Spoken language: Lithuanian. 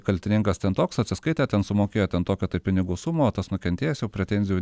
kaltininkas ten toks atsiskaitė ten sumokėjo ten tokią tai pinigų sumą o tas nukentėjęs jau pretenzijų